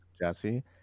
Jesse